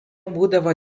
būdavo